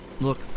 Look